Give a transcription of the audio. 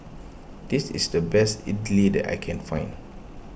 this is the best Idili I can find